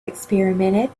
experimented